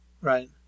right